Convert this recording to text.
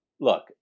Look